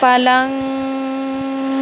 پلنگ